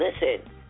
listen